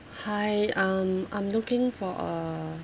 hi um I'm looking for a